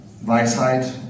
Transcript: Weisheit